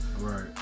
Right